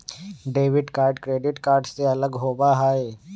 debit card credit card से अलग होबा हई